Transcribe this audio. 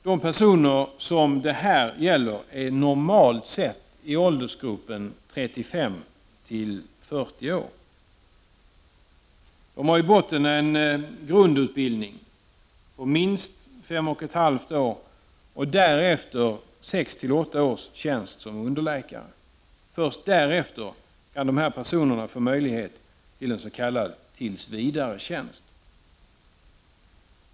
De personer som det här gäller är normalt sett i åldersgruppen 35-40 år. De har i botten en grundutbildning om minst fem och ett halvt år och därefter sex till åtta års tjänstgöring som underläkare. Först därefter kan de här personerna få möjlighet till en s.k. tillsvidaretjänst.